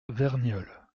verniolle